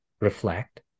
reflect